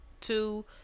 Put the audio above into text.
Two